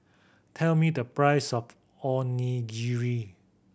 tell me the price of Onigiri